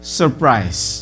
surprise